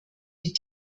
die